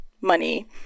money